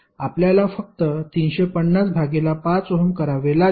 आपल्याला फक्त 350 भागिले 5 ओहम करावे लागेल